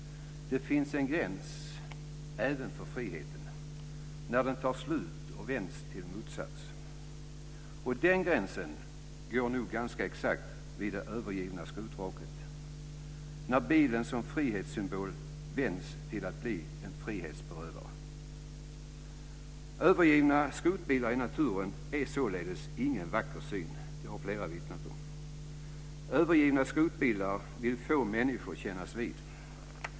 Det finns en gräns även för friheten, för när den tar slut och vänds till sin motsats. Den gränsen går nog ganska exakt vid det övergivna skrotvraket, när bilen som frihetssymbol vänds till att bli en frihetsberövare. Övergivna skrotbilar i naturen är således ingen vacker syn. Det har flera vittnat om. Övergivna skrotbilar vill få människor kännas vid.